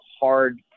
hard